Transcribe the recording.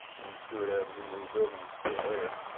stewart avenue. the old building is still there.